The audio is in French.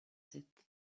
sept